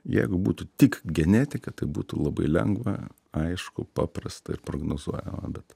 jeigu būtų tik genetika tai būtų labai lengva aišku paprasta ir prognozuojama bet